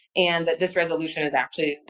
and that this resolution is actually,